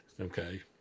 Okay